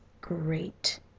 great